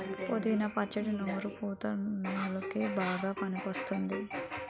పుదీనా పచ్చడి నోరు పుతా వున్ల్లోకి బాగా పనికివస్తుంది